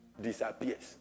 disappears